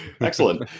Excellent